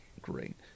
great